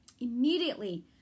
immediately